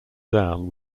down